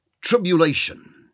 tribulation